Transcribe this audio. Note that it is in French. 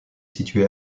situé